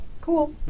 Cool